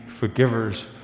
forgivers